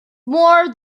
more